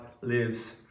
lives